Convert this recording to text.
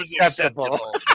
acceptable